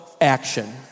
action